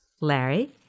Larry